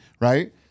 right